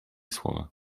słowa